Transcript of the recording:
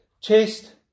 chest